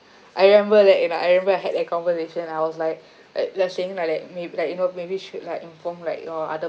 I remember like I remember I had that conversation and I was like like like saying like like mayb~ like you know maybe should like inform like oh other